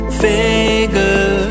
figure